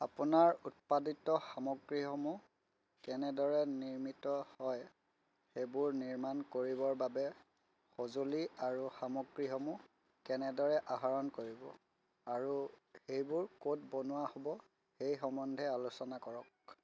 আপোনাৰ উৎপাদিত সামগ্ৰীসমূহ কেনেদৰে নিৰ্মিত হয় সেইবোৰ নিৰ্মাণ কৰিবৰ বাবে সঁজুলি আৰু সামগ্ৰীসমূহ কেনেদৰে আহৰণ কৰিব আৰু এইবোৰ ক'ত বনোৱা হ'ব সেই সম্বন্ধে আলোচনা কৰক